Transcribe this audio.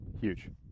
Huge